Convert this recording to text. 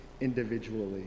individually